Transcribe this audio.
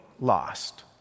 lost